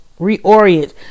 reorient